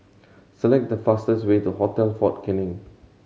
select the fastest way to Hotel Fort Canning